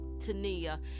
Tania